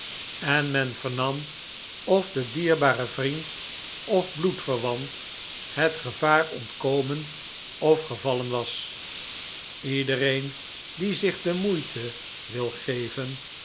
en men vernam of de dierbare vriend of bloedverwant het gevaar ontkomen of gevallen was iedereen die zich de moeite wil geven